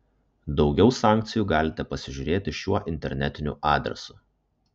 daugiau sankcijų galite pasižiūrėti šiuo internetiniu adresu